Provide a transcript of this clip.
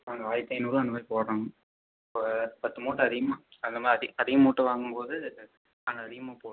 ஒரு ஆயிரத்து ஐந்நூறுரூவா அந்தமாதிரி போடுறோங்க இப்போ பத்து மூட்டை அதிகமாக அந்தமாதிரி அதிக மூட்டை வாங்கும்போது நாங்கள் அதிகமாக போடுவோம்ங்க